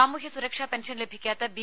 സാമൂഹ്യ സുരക്ഷാ പെൻഷൻ ലഭിക്കാത്ത ബി